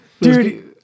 Dude